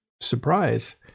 surprise